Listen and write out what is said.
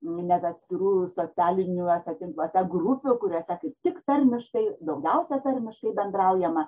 net atskirų socialiniuose tinkluose grupių kuriose kaip tik tarmiškai daugiausia tarmiškai bendraujama